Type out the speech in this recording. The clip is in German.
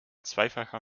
zweifacher